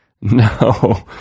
No